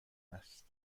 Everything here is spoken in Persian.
است